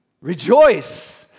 Rejoice